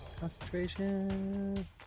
concentration